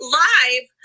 live